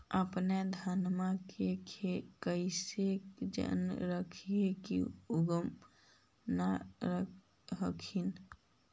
अपने धनमा के कैसे जान हखिन की उगा न हखिन?